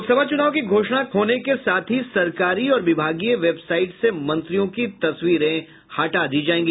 लोकसभा चुनाव की घोषणा होने के साथ ही सरकारी और विभागीय वेबसाइट से मंत्रियों की तस्वीरें हटा दी जायेंगी